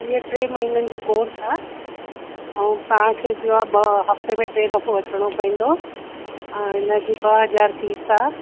हीअ टे महीननि जो कोर्स आहे ऐं तव्हांखे जो आहे ॿ हफ़्ते में टे दफ़ो अचिणो पवंदो इनजी ॿ हज़ार फ़ीस आहे